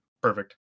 perfect